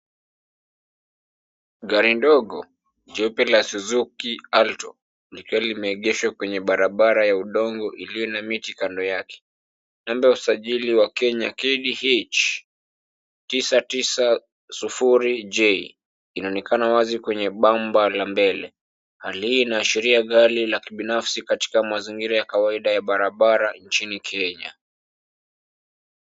Gari ndogo jeupe la Suzuki Alto likiwa limeegeshwa kwenye barabara ya udongo iliyo na miti kando yake. Namba ya usajili wa Kenya KDH 990J inaonekana wazi kwenye bamba la mbele. Hali hii inaashiria gari la kibinafsi katika mazingira ya kawaida ya barabara nchini Kenya.